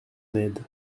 ned